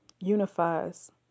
unifies